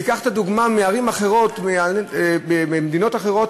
קח דוגמה מערים אחרות במדינות אחרות,